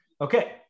Okay